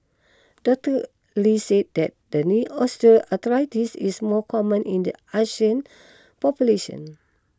Doctor Lee said that the knee osteoarthritis is more common in the Asian population